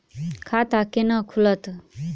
खाता केना खुलत?